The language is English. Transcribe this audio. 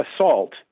assault